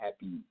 happy